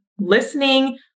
listening